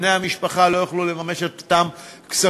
בני המשפחה לא יוכלו לממש את אותם כספים.